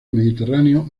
mediterráneo